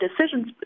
decisions